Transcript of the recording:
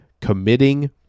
committing